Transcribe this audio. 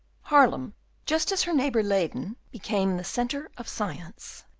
haarlem just as her neighbour, leyden, became the centre of science,